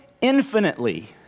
infinitely